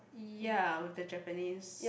ya with the Japanese